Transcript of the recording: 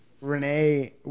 Renee